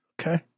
okay